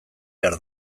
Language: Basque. behar